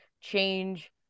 change